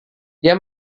dia